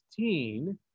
16